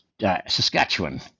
Saskatchewan